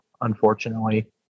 unfortunately